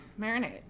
Marinade